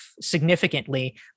significantly